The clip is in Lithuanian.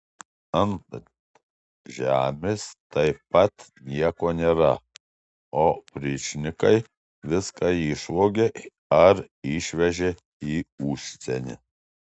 ant žemės taip pat nieko nėra opričnikai viską išvogė ar išvežė į užsienį